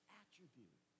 attribute